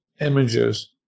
images